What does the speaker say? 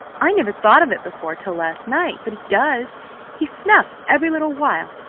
i never thought of it before till last night, but he does he snuffs every little while!